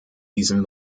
diesem